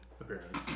appearance